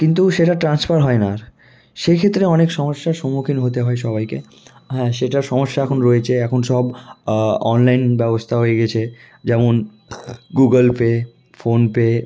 কিন্তু সেটা ট্রান্সফার হয় না আর সেক্ষেত্রে অনেক সমস্যার সম্মুখীন হতে হয় সবাইকে সেটা সমস্যা এখন রয়েছে এখন সব অনলাইন ব্যবস্থা হয়ে গেছে যেমন গুগলপে ফোনপে